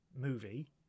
movie